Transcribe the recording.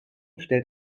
stellt